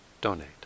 donate